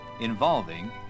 involving